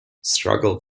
struggled